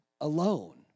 alone